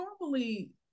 normally